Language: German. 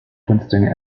kunstdünger